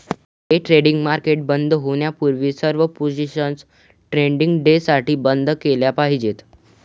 day trading market बंद होण्यापूर्वी सर्व पोझिशन्स ट्रेडिंग डेसाठी बंद केल्या पाहिजेत